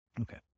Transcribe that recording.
Okay